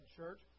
church